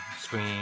scream